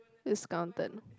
discounted